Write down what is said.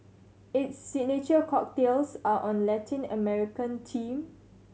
its signature cocktails are on Latin American team